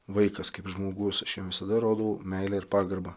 vaikas kaip žmogus aš jam visada rodau meilę ir pagarbą